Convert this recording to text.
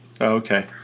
Okay